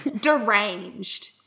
deranged